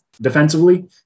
defensively